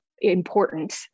important